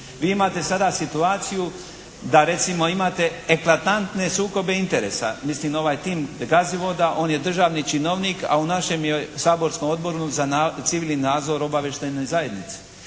Vi imate sada situaciju da recimo imate eklatantne sukobe interesa, mislim da ovaj tim Gazivoda. On je državni činovnik, a u našem je saborskom Odboru za civilni nadzor obavještajne zajednice.